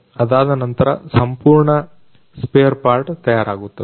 ಅದಾದ ನಂತರ ಸಂಪೂರ್ಣ ಸ್ಪೇರ್ ಪಾರ್ಟ್ ತಯಾರಾಗುತ್ತದೆ